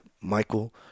Michael